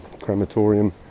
crematorium